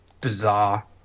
bizarre